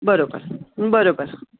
बरोबर बरोबर